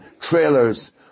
trailers